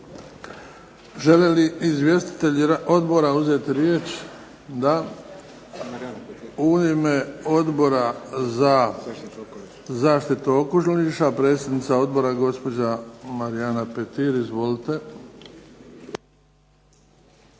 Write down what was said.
Žele li izvjestitelji odbora uzeti riječ? Da. U ime Odbora za zaštitu okoliša, predsjednica odbora gospođa Marijana Petir. Izvolite.